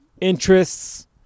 interests